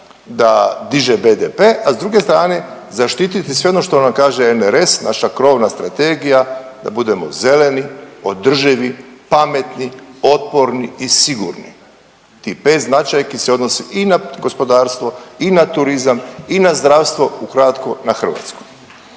da diže BDP, a s druge strane zaštititi sve ono što nam kaže RNS naša krovna strategija da budemo zeleni, održivi, pametni, otpornu i sigurni i bez značajki se odnosi i na gospodarstvo i na turizam i na zdravstvo ukratko na Hrvatsku.